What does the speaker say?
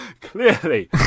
Clearly